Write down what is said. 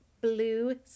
Blue